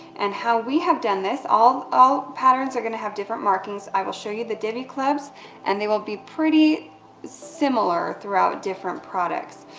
and how we have done this, all all patterns are gonna have different markings. i will show you the diby club's and they will be pretty similar throughout different products.